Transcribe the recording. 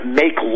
make